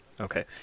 Okay